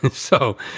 so.